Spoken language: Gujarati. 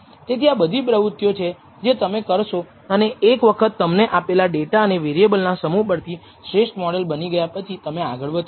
તેથી આ બધી પ્રવૃત્તિઓ છે જે તમે કરશો અને એક વખત તમને આપેલા ડેટા અને વેરિએબલના સમૂહ પરથી શ્રેષ્ઠ મોડલ બની ગયા પછી તમે આગળ વધશો